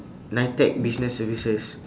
NITEC business services